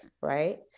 Right